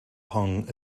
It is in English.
hung